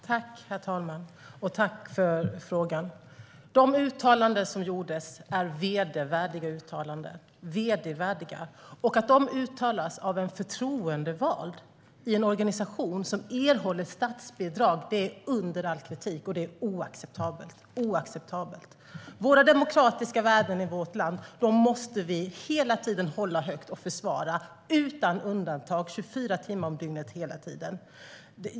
Herr talman! Tack för frågorna. De uttalanden som gjordes är vedervärdiga uttalanden. Att de uttalas av en förtroendevald i en organisation som erhållit statsbidrag är under all kritik och oacceptabelt. Våra demokratiska värden i vårt land måste vi hela tiden hålla högt och försvara utan undantag hela tiden 24 timmar om dygnet.